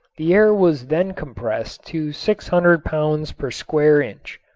the air was then compressed to six hundred pounds per square inch.